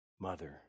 Mother